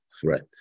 threat